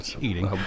eating